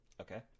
Okay